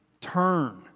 turn